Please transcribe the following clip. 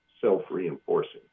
self-reinforcing